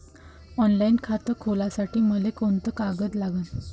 Online खातं खोलासाठी मले कोंते कागद लागतील?